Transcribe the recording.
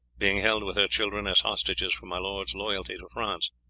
being held with her children as hostages for my lord's loyalty to france.